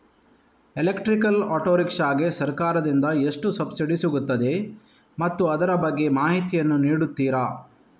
Electrical auto rickshaw ಗೆ ಸರ್ಕಾರ ದಿಂದ ಎಷ್ಟು ಸಬ್ಸಿಡಿ ಸಿಗುತ್ತದೆ ಮತ್ತು ಅದರ ಬಗ್ಗೆ ಮಾಹಿತಿ ಯನ್ನು ನೀಡುತೀರಾ?